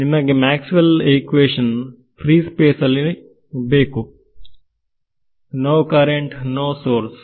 ನಿಮಗೆ ಮ್ಯಾಕ್ಸ್ವೆಲ್ ನ equation free space ನಲ್ಲಿ ಬೇಕು ನೋ ಕರೆಂಟ್ ನೋ ಸೋರ್ಸ್